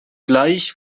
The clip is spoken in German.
gleich